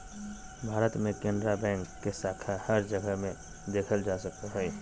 भारत मे केनरा बैंक के शाखा हर जगह मे देखल जा सको हय